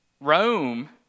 Rome